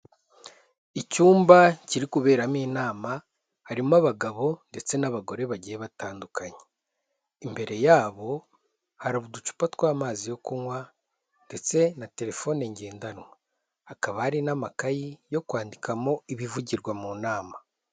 Icyumba kiri kuberamo inama harimo abagabo ndetse n'abagore bagiye batandukanye, imbere yabo hari uducupa tw'amazi yo kunywa ndetse na telefone ngendanwa hakaba hari n'amakayi yo kwandikamo ibivugirwa mu nama.